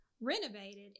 renovated